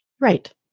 Right